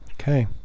Okay